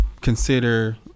consider